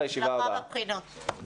הישיבה ננעלה בשעה 09:38.